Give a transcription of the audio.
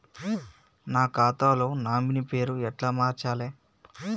నా ఖాతా లో నామినీ పేరు ఎట్ల మార్చాలే?